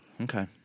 Okay